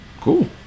Cool